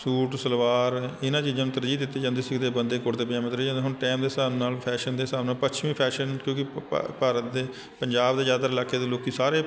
suit salwar ਇਹਨਾਂ ਚੀਜ਼ਾਂ ਨੂੰ ਤਰਜੀਹ ਦਿੱਤੀ ਜਾਂਦੀ ਸੀ ਅਤੇ ਬੰਦੇ ਕੁੜਤੇ ਪਜਾਮੇ ਹੁਣ ਟਾਈਮ ਦੇ ਹਿਸਾਬ ਨਾਲ ਫੈਸ਼ਨ ਦੇ ਹਿਸਾਬ ਨਾਲ ਪੱਛਮੀ ਫੈਸ਼ਨ ਕਿਉਂਕਿ ਭ ਭਾ ਭਾਰਤ ਦੇ ਪੰਜਾਬ ਦੇ ਜ਼ਿਆਦਾਤਰ ਇਲਾਕੇ ਦੇ ਲੋਕ ਸਾਰੇ